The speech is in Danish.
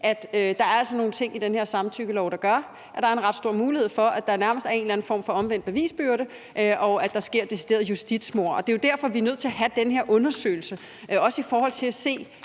at der altså er nogle ting i den her samtykkelov, der gør, at der er en ret stor mulighed for, at der nærmest er en eller anden form for omvendt bevisbyrde, og at der sker deciderede justitsmord. Det er jo derfor, vi er nødt til at have den her undersøgelse, også i forhold til at se,